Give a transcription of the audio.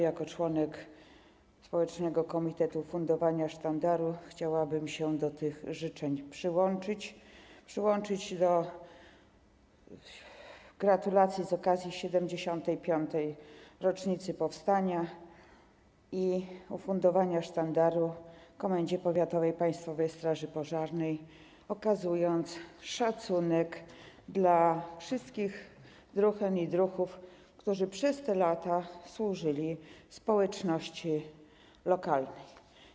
Jako członek społecznego komitetu ufundowania sztandaru, chciałabym się do tych życzeń przyłączyć, przyłączyć się do gratulacji z okazji 75. rocznicy powstania i ufundowania sztandaru Komendzie Powiatowej Państwowej Straży Pożarnej w Mielcu, okazując szacunek dla wszystkich druhen i druhów, którzy przez te lata służyli społeczności lokalnej.